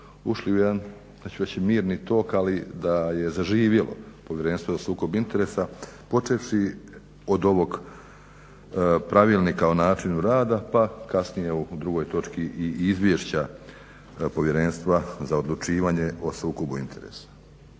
hoću reći mirni tok ali da je zaživjelo povjerenstvo za sukob interesa počevši od ovog pravilnika o načinu rada, pa kasnije u drugoj točci i izvješća povjerenstva za odlučivanje o sukobu interesa.